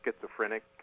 schizophrenic